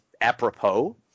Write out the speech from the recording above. apropos